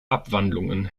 abwandlungen